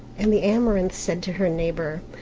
and the amaranth said to her neighbour,